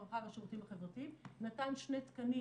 הרווחה והשירותים החברתיים נתן שני תקנים